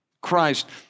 Christ